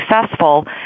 successful